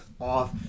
off